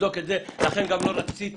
לכן לא רציתי